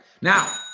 Now